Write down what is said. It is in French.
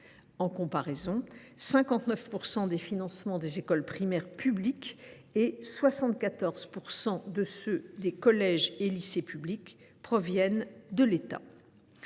En comparaison, 59 % des financements des écoles primaires publiques et 74 % de ceux des collèges et lycées publics proviennent de l’État.